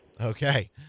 Okay